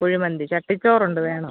കുഴിമന്തി ചട്ടിച്ചോറുണ്ട് വേണോ